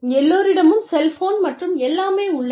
எல்லோரிடமும் செல்போன் மற்றும் எல்லாமே உள்ளன